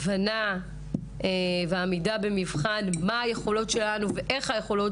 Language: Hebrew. הבנה ועמידה במבחן היכולות שלנו ואיך היכולות